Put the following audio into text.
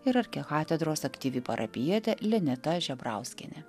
ir arkikatedros aktyvi parapijietė lineta žebrauskienė